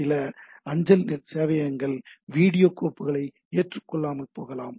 சில அஞ்சல் சேவையகங்கள் வீடியோ கோப்புகளை ஏற்றுக்கொள்ளாமல் போகலாம்